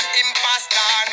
imposter